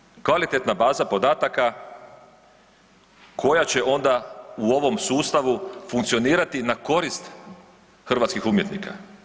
Treba nam kvalitetna baza podataka koja će onda u ovom sustavu funkcionirati na korist hrvatskih umjetnika.